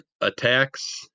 attacks